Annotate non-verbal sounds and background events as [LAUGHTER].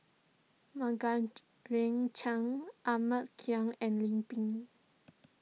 [UNINTELLIGIBLE] ring Chan Ahmad Khan and Lim Pin